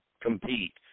compete